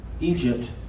Egypt